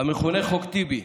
"חוק טיבי",